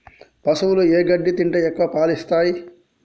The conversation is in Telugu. పశువులు ఏ గడ్డి తింటే ఎక్కువ పాలు ఇస్తాయి?